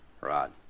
Rod